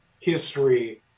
history